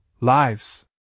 lives